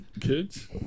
kids